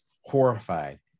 horrified